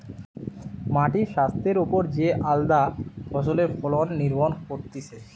মাটির স্বাস্থ্যের ওপর যে আলদা ফসলের ফলন নির্ভর করতিছে